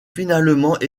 finalement